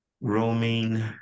roaming